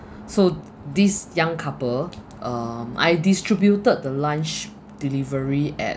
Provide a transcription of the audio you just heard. so this young couple um I distributed the lunch delivery at